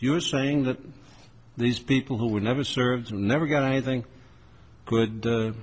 you're saying that these people who were never served never got anything good